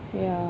ya